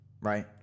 right